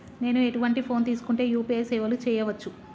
నేను ఎటువంటి ఫోన్ తీసుకుంటే యూ.పీ.ఐ సేవలు చేయవచ్చు?